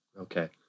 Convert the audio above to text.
Okay